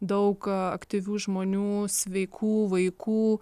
daug aktyvių žmonių sveikų vaikų